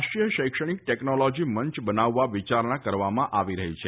રાષ્ટ્રીય શૈક્ષણિક ટેકનોલોજી મંચ બનાવવા વિચારણા કરવામાં આવી રહી છે